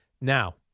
Now